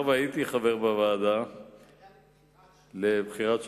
הוועדה לבחירת שופטים.